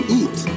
eat